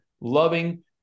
loving